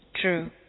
True